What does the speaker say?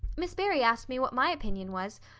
miss barry asked me what my opinion was,